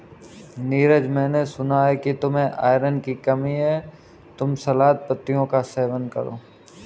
नीरज मैंने सुना कि तुम्हें आयरन की कमी है तुम सलाद पत्तियों का सेवन करो